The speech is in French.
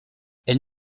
elle